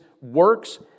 works